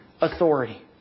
authority